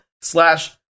slash